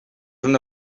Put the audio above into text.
una